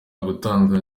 gukanguka